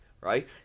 right